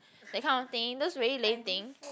that kind of thing just very lame thing